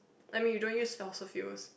I mean you don't use fossil fuels